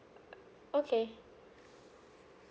uh uh okay